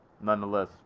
nonetheless